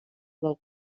del